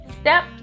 Step